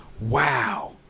Wow